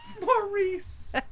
Maurice